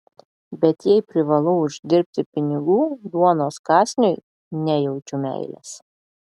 bet jei privalau uždirbti pinigų duonos kąsniui nejaučiu meilės